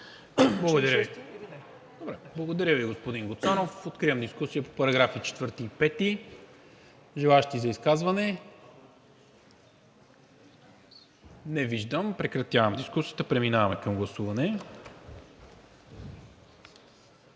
Благодаря Ви, господин Гуцанов. Откривам дискусия по параграфи 4 и 5. Желаещи за изказване? Не виждам. Прекратявам дискусията, преминаваме към гласуване.